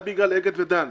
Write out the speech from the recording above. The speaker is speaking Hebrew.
בגלל אגד ודן.